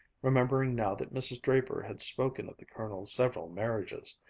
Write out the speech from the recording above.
remembering now that mrs. draper had spoken of the colonel's several marriages.